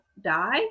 die